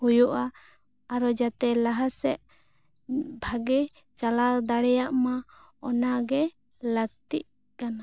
ᱦᱩᱭᱩᱜᱼᱟ ᱟᱨᱚ ᱡᱮᱛᱮ ᱞᱟᱦᱟ ᱥᱮᱫ ᱵᱷᱟᱜᱮ ᱪᱟᱞᱟᱣ ᱫᱟᱲᱮᱭᱟᱜᱼᱢᱟ ᱚᱱᱟ ᱜᱮ ᱞᱟᱹᱠᱛᱤᱜ ᱠᱟᱱᱟ